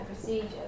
procedures